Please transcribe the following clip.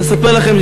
אני רוצה לספר לכם,